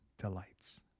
delights